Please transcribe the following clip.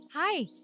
Hi